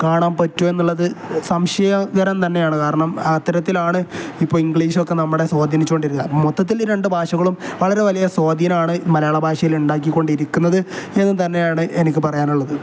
കാണാൻ പറ്റു എന്നുള്ളത് സംശയകരം തന്നെയാണ് കാരണം അത്തരത്തിലാണ് ഇപ്പോൾ ഇംഗ്ലീഷൊക്കെ നമ്മുടെ സ്വാധീനിച്ചു കൊണ്ടിരിന്നത് മൊത്തത്തിൽ രണ്ട് ഭാഷകളും വളരെ വലിയ സ്വാധീനമാണ് മലയാള ഭാഷയിൽ ഉണ്ടാക്കിക്കൊണ്ടിരിക്കുന്നത് എന്ന് തന്നെയാണ് എനിക്ക് പറയാനുള്ളത്